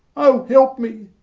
o, help me,